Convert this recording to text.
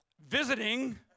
visiting